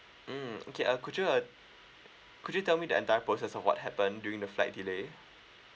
mm okay uh could you uh could you tell me the entire process of what happened during the flight delay